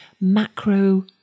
macro